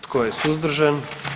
Tko je suzdržan?